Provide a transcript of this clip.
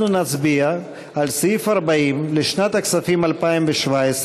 אנחנו נצביע על סעיף 40 לשנת הכספים 2017,